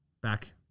Back